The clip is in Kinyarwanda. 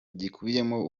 gikubiyemo